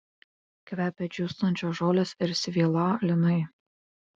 kvepia džiūstančios žolės ir svylą linai